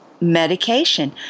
medication